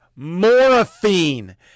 Morphine